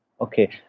Okay